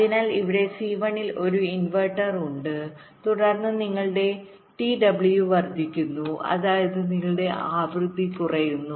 അതിനാൽ ഇവിടെ സി 1 ൽ ഒരു ഇൻവെർട്ടർ ഉണ്ട് തുടർന്ന് നിങ്ങളുടെ ടി ഡബ്ല്യു വർദ്ധിക്കുന്നു അതായത് നിങ്ങളുടെ ആവൃത്തി കുറയുന്നു